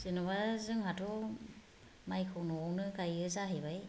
जेनेबा जोंहाथ' माइखौ न'आवनो गायो जाहैबाय